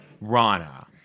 Rana